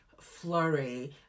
flurry